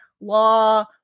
law